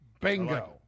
bingo